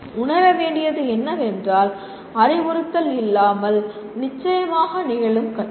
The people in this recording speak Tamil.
உணர வேண்டியது என்னவென்றால் அறிவுறுத்தல் இல்லாமல் நிச்சயமாக நிகழும் கற்றல்